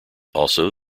also